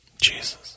Jesus